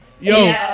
Yo